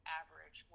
average